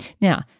Now